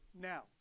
now